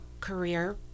career